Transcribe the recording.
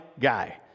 guy